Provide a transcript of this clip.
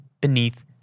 beneath